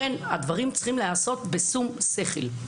הדברים צריכים להיעשות בשום שכל.